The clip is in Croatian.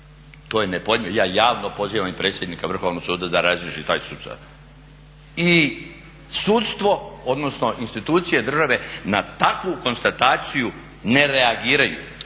To je nepojmljivo! Ja javno pozivam i predsjednika Vrhovnog suda da razriješi taj slučaj. I sudstvo, odnosno institucije države na takvu konstataciju reagiraju.